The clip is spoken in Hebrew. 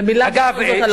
ומלה בכל זאת על ה"קוטג'".